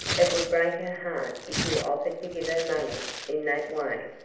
it would break her heart if you offered to give her money in that way.